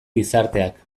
gizarteak